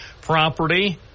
property